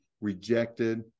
rejected